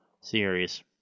series